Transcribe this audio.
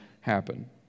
happen